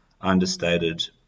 understated